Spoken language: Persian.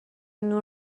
نور